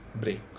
break